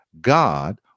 God